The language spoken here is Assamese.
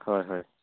হয় হয়